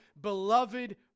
beloved